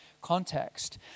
context